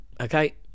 Okay